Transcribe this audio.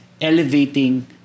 elevating